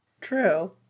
True